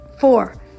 Four